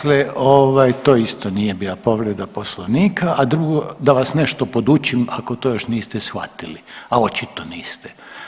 Dakle ovaj, to isto nije bila povreda Poslovnika, a drugo, da vas nešto podučim, ako to još niste shvatili, a očito niste.